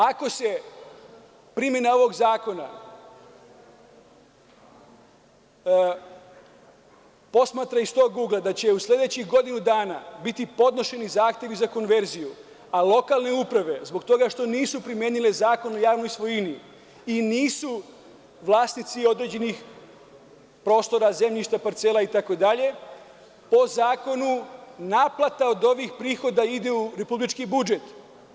Ako se primena ovog zakona posmatra iz tog ugla da će u sledećih godinu dana biti podnošeni zahtevi za konverziju, a lokalne uprave zbog toga što nisu primenile Zakon o javnoj svojini i nisu vlasnici određenih prostora, zemljišta, parcela, itd, po zakonu, naplata od ovih prihoda ide u republički budžet.